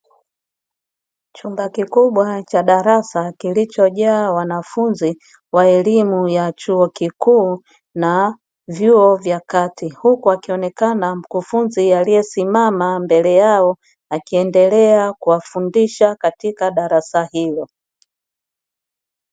Chumba kikubwa cha darasa, kilichojaa wanafunzi wa elimu ya chuo kikuu na vyuo vya kati, huku akionekana mkufunzi aliyesimama mbele yao, akiendelea kuwafundisha katika darasa hilo.